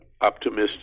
optimistic